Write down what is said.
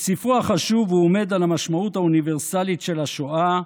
בספרו החשוב הוא עמד על המשמעות האוניברסלית של השואה,